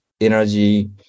energy